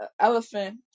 elephant